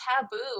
taboo